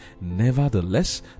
Nevertheless